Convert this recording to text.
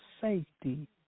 safety